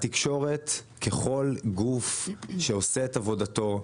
התקשורת ככל גוף שעושה את עבודתו,